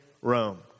Rome